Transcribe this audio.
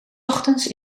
ochtends